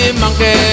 monkey